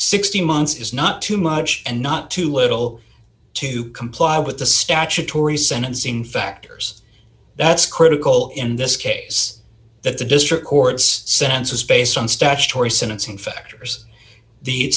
sixteen months is not too much and not too little to comply with the statutory sentencing factors that's critical in this case that the district courts sentences based on statutory sentencing factors the